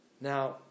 Now